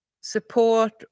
support